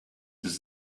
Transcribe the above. does